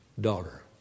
daughter